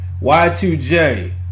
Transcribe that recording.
Y2J